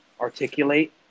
articulate